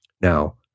Now